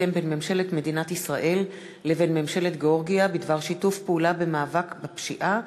הסכם בין ממשלת ישראל לבין ממשלת גאורגיה בדבר שיתוף פעולה במאבק בפשיעה